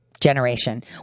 generation